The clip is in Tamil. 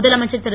முதலமைச்சர் திரு